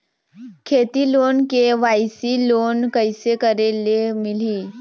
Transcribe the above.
खेती loan KYC loan कइसे करे ले मिलही?